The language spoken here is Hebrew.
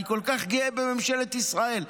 אני כל כך גאה בממשלת ישראל.